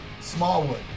smallwood